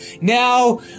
Now